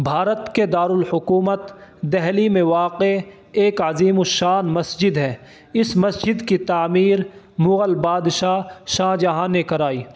بھارت کے دار الحکومت دہلی میں واقع ایک عظیم الشان مسجد ہے اس مسجد کی تعمیر مغل بادشاہ شاہ جہاں نے کرائی